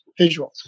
visuals